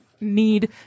need